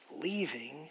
leaving